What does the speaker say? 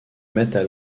mettent